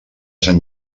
sant